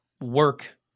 work